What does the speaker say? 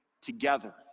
together